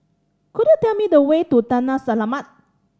could you tell me the way to Taman Selamat